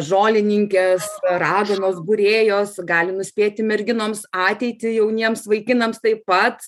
žolininkės raganos būrėjos gali nuspėti merginoms ateitį jauniems vaikinams taip pat